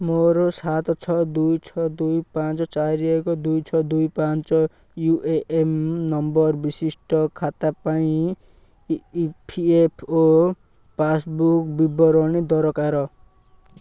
ମୋର ସାତ ଛଅ ଦୁଇ ଛଅ ଦୁଇ ପାଞ୍ଚ ଚାରି ଏକ ଦୁଇ ଛଅ ଦୁଇ ପାଞ୍ଚ ୟୁ ଏ ଏନ୍ ନମ୍ବର୍ ବିଶିଷ୍ଟ ଖାତା ପାଇଁ E P F O passbook ବିବରଣୀ ଦରକାର